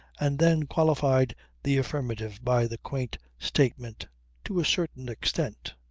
and then qualified the affirmative by the quaint statement to a certain extent.